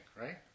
right